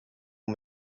and